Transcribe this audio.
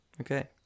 Okay